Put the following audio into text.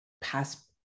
past